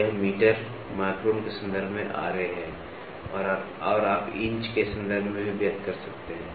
तो यह metre micron के संदर्भ में है और आप इंच के संदर्भ में भी व्यक्त कर सकते हैं